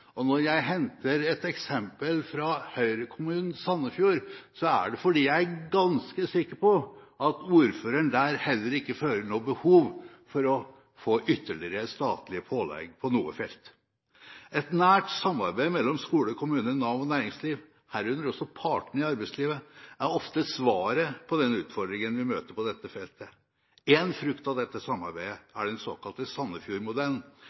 Og når jeg henter et eksempel fra Høyre-kommunen Sandefjord, er det fordi jeg er ganske sikker på at ordføreren der heller ikke føler noe behov for å få ytterligere statlige pålegg på noe felt. Et nært samarbeid mellom skole, kommune, Nav og næringsliv, herunder også partene i arbeidslivet, er ofte svaret på den utfordringen vi møter på dette feltet. Én frukt av dette